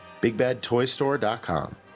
BigBadToyStore.com